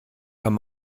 kann